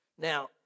Now